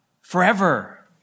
forever